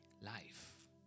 life